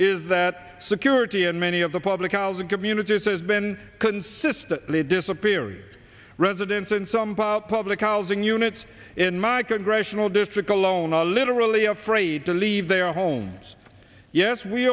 is that security in many of the public housing communities has been consistently disappearing residents in some public housing units in my congressional district alone are literally afraid to leave their homes yes we